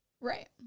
Right